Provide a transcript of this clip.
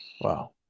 Wow